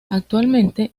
actualmente